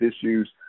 issues